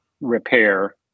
repair